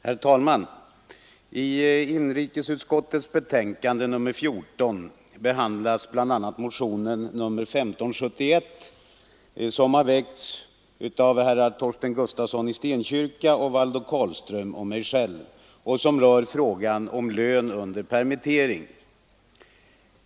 Herr talman! I inrikesutskottets betänkande nr 14 behandlas bl.a. motionen 1571, som väckts av herrar Torsten Gustafsson i Stenkyrka, Valdo Carlström och mig själv och som tar upp frågan om lön under permittering.